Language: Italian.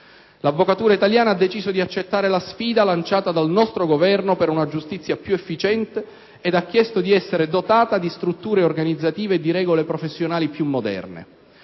L'avvocatura italiana ha deciso di accettare la sfida lanciata dal nostro Governo per una giustizia più efficiente ed ha chiesto di essere dotata di strutture organizzative e di regole professionali più moderne.